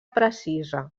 precisa